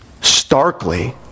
starkly